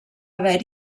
haver